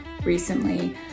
recently